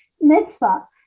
mitzvah